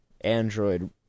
android